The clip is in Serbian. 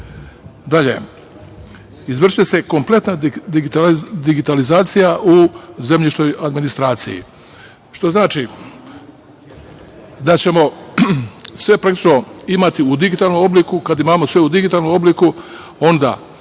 - izvršiće se kompletna digitalizacija u zemljišnoj administraciji. To znači da ćemo praktično sve imati u digitalnom obliku, a kad imamo u digitalnom obliku, onda